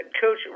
coach